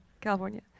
California